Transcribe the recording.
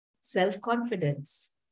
self-confidence